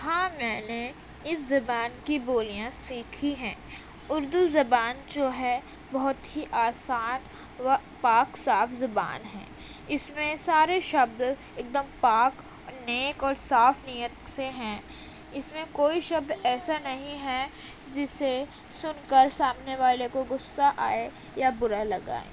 ہاں میں نے اس زبان کی بولیاں سیکھیں ہیں اردو زبان جو ہے بہت ہی آسان و پاک صاف زبان ہے اس میں سارے شبد ایک دم پاک نیک اور صاف نیت سے ہیں اس میں کوئی شبد ایسا نہیں ہے جسے سن کر سامنے والے کو غصہ آئے یا برا لگائے